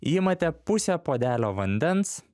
imate pusę puodelio vandens